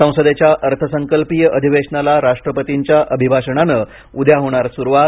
संसदेच्या अर्थसंकल्पीय अधिवेशनाला राष्ट्रपतीच्या अभिभाषणाने उद्या होणार सुरुवात